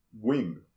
wing